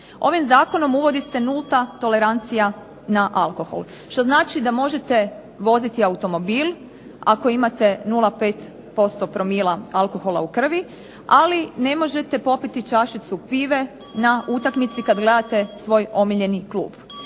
Ovim zakonom uvodi se nulta tolerancija na alkohol što znači da možete voziti automobil ako imate 0,5% promila alkohola u krvi ali ne možete popiti čašicu pivu na utakmici kad gledate svoj omiljeni klub.